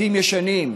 בתים ישנים,